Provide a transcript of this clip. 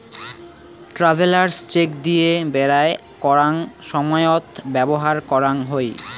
travellers cheque দিয়ে বেরায় করাঙ সময়ত ব্যবহার করাং হই